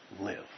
live